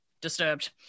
disturbed